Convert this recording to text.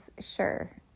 Sure